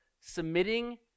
submitting